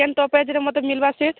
କେଉଁ ଷ୍ଟପେଜରେ ମୋତେ ମିଳିବ ସିଟ୍